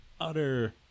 utter